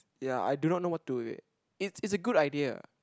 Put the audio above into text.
ya I do not know what do it it's it's a good idea